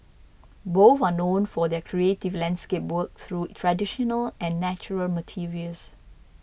both are known for their creative landscape work through traditional and natural materials